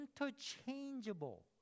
interchangeable